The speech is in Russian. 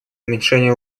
уменьшение